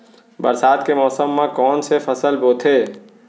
बरसात के मौसम मा कोन से फसल बोथे?